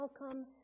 welcome